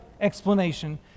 explanation